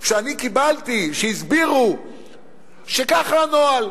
שאני קיבלתי, שהסבירו שככה הנוהל.